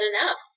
enough